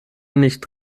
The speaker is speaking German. nicht